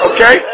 Okay